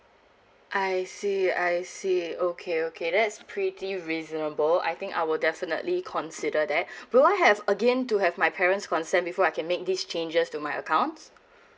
I see I see okay okay that's pretty reasonable I think I will definitely consider that do I have again to have my parent's consent before I can make these changes to my account